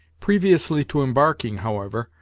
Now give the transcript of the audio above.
previously to embarking, however,